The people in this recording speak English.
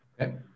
Okay